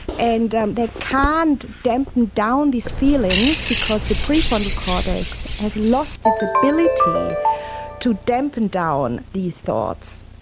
and they can't dampen down these feelings because the prefrontal cortex has lost its ability to dampen down these thoughts.